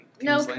no